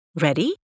Ready